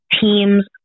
teams